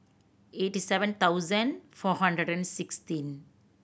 eighty seven thousand four hundred and sixteen